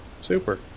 super